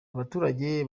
abaturage